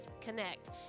Connect